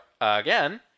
again